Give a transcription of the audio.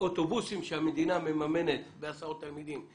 אוטובוסים שהמדינה מממנת בהסעות תלמידים,